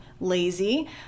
lazy